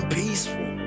peaceful